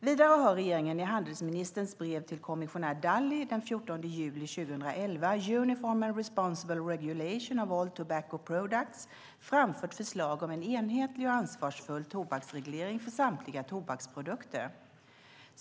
Vidare har regeringen i handelsministerns brev till kommissionär Dalli den 14 juli 2011 Uniform and responsible regulation of all tobacco products framfört förslag om en enhetlig och ansvarsfull tobaksreglering för samtliga tobaksprodukter.